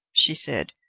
she said.